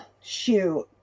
shoot